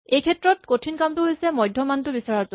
এইক্ষেত্ৰত কঠিন কামটো হৈছে মধ্যমানটো বিচাৰাটো